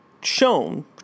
shown